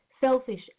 selfish